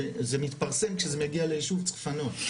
זה מתפרסם כשזה מגיע לישוב וצריך לפנות.